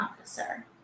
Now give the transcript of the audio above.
officer